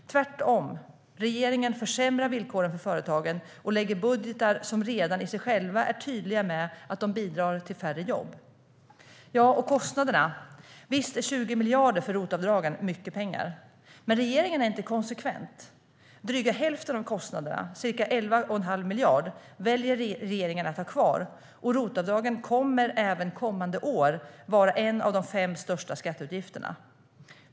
Tvärtom, regeringen försämrar villkoren för företagen och lägger fram budgetar som redan i sig själva tydligt bidrar till färre jobb. När det gäller kostnaderna är 20 miljarder för ROT-avdragen visst mycket pengar. Men regeringen är inte konsekvent. Dryga hälften av kostnaderna, ca 11 1⁄2 miljard, väljer regeringen att ha kvar. ROT-avdragen kommer även kommande år att vara en av de fem största skatteutgifterna.